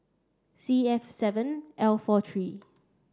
C F seven L four three